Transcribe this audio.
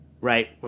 right